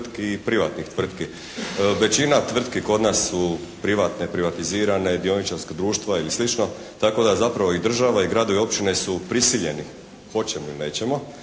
Hvala vam